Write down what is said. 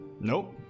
Nope